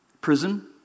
prison